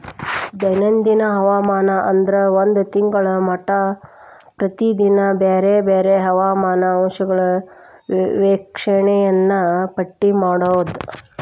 ದೈನಂದಿನ ಹವಾಮಾನ ಅಂದ್ರ ಒಂದ ತಿಂಗಳ ಮಟಾ ಪ್ರತಿದಿನಾ ಬ್ಯಾರೆ ಬ್ಯಾರೆ ಹವಾಮಾನ ಅಂಶಗಳ ವೇಕ್ಷಣೆಯನ್ನಾ ಪಟ್ಟಿ ಮಾಡುದ